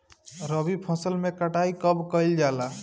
रबी फसल मे कटाई कब कइल जाला?